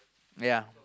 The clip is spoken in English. ya